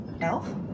Elf